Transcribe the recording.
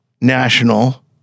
National